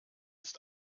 ist